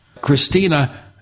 Christina